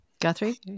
Guthrie